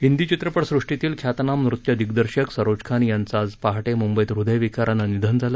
हिंदी वित्रपट सृष्टीतील ख्यातनाम नृत्य दिम्दर्शक सरोज खान यांच आज पहाटे मुंबईत हृदय विकारानं निघन झालं